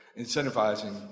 incentivizing